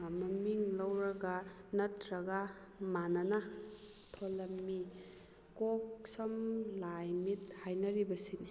ꯃꯃꯤꯡ ꯂꯧꯔꯒ ꯅꯠꯇ꯭ꯔꯒ ꯃꯥꯟꯅꯅ ꯊꯣꯜꯂꯝꯃꯤ ꯀꯣꯛ ꯁꯝ ꯂꯥꯏ ꯃꯤꯠ ꯍꯥꯏꯅꯔꯤꯕꯁꯤꯅꯤ